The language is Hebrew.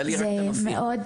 שמענו